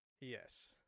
Yes